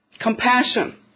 Compassion